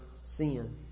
sin